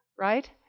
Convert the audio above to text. right